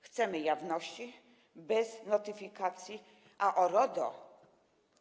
Chcemy jawności bez notyfikacji, a o RODO.